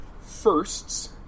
firsts